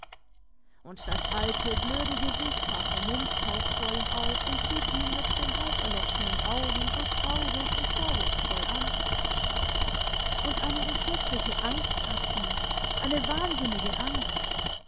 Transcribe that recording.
und das alte blöde gesicht vater mumms taucht vor ihm auf und sieht ihn mit den halberloschenen augen so traurig und vorwurfsvoll an und eine entsetzliche angst packt ihn eine wahnsinnige angst